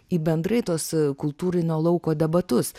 į bendrai tuos kultūrinio lauko debatus